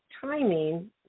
timing